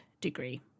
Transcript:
degree